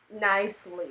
nicely